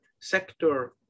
sector